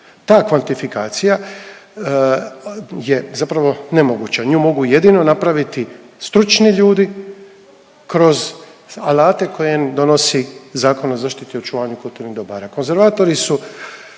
Ta kvantifikacija je zapravo nemoguća, nju mogu jedino napraviti stručni ljudi kroz alate koje donosi Zakon o zaštiti i očuvanju kulturnih dobara.